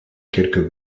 quelques